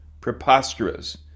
preposterous